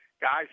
guys